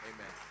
Amen